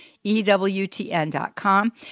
EWTN.com